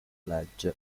legge